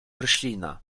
roślina